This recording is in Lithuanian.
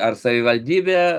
ar savivaldybė